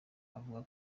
avuga